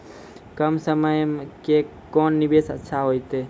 कम समय के कोंन निवेश अच्छा होइतै?